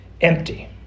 empty